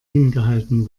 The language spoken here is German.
hingehalten